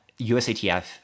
usatf